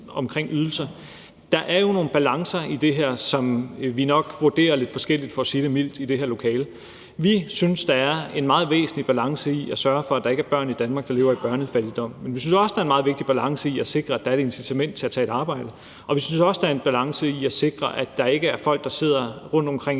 sige, at der jo er nogle balancer, som vi nok vurderer lidt forskelligt, for at sige det mildt, i det her lokale. Vi synes, at der er en meget væsentlig balance i forhold til at sørge for, at der ikke er børn i Danmark, der lever i børnefattigdom. Men vi synes også, at der er en meget vigtig balance i forhold til at sikre, at der er et incitament til at tage et arbejde. Og jeg synes også, at der er en balance i forhold til at sikre, at der ikke er folk, der sidder rundtomkring i